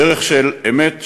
דרך של אמת,